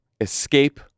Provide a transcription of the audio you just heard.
escape